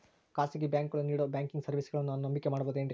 ಖಾಸಗಿ ಬ್ಯಾಂಕುಗಳು ನೇಡೋ ಬ್ಯಾಂಕಿಗ್ ಸರ್ವೇಸಗಳನ್ನು ನಾನು ನಂಬಿಕೆ ಮಾಡಬಹುದೇನ್ರಿ?